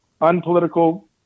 unpolitical